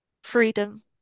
freedom